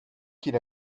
qu’il